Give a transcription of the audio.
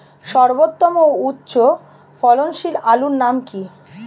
সর্বোত্তম ও উচ্চ ফলনশীল আলুর নাম কি?